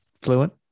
fluent